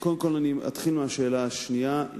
קודם כול, אתחיל מהשאלה השנייה.